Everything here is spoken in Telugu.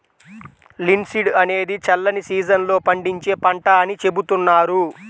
లిన్సీడ్ అనేది చల్లని సీజన్ లో పండించే పంట అని చెబుతున్నారు